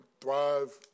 thrive